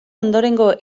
ondorengo